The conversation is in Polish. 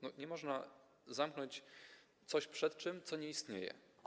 Nie można zamknąć jej przed czymś, co nie istnieje.